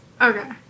Okay